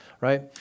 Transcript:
right